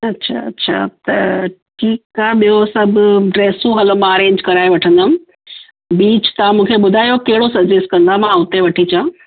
अच्छा अच्छा त ठीकु आहे ॿियो सभु ड्रेसूं हलो मां अरैंज कराए वठंदमि बीच तव्हां मूंखे ॿुधायो कहिड़ो सजेस कंदा मां उते वठी अचां